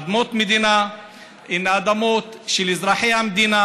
אדמות מדינה הן אדמות של כל אזרחי המדינה